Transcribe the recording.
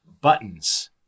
Buttons